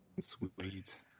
Sweet